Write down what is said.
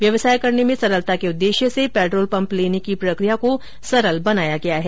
व्यवसाय करने में सरलता के उद्देश्य से पेट्रोल पंप लेने की प्रक्रिया को सरल बनाया गया है